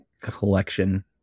collection